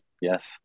yes